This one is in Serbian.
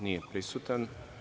Nije prisutan.